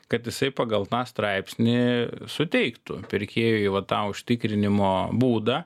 kad jisai pagal tą straipsnį suteiktų pirkėjui va tą užtikrinimo būdą